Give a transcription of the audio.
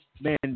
man